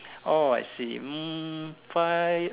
oh I see hmm five